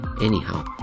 Anyhow